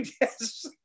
Yes